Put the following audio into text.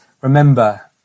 remember